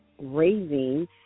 raising